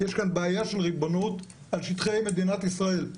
יש כאן בעיה של ריבונות על שטחי מדינת ישראל.